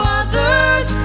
others